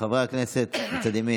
חברי הכנסת מצד ימין,